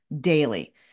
daily